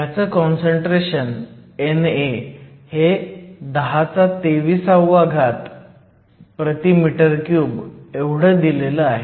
ह्याचं concentration NA हे 1023 m 3 एवढं दिलेलं आहे